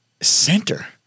Center